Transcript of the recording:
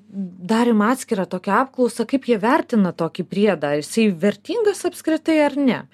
darėm atskirą tokią apklausą kaip jie vertina tokį priedą jisai vertingas apskritai ar ne